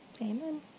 Amen